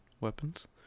weapons